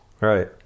right